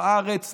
בארץ,